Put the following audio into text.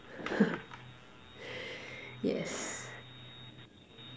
yes